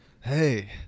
hey